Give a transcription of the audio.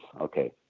Okay